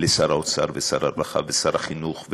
לשר האוצר, ושר הרווחה, ושר החינוך,